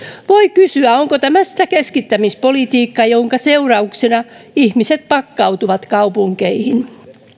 voi kysyä onko tämä sitä keskittämispolitiikkaa jonka seurauksena ihmiset pakkautuvat kaupunkeihin